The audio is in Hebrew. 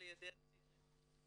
ליידע את הצעירים.